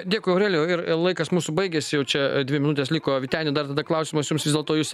dėkui aurelijau ir laikas mūsų baigėsi jau čia dvi minutės liko vyteni dar tada klausimas jums vis dėlto jūs e